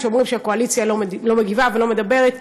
שאומרים שהקואליציה לא מגיבה ולא מדברת.